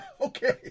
Okay